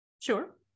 sure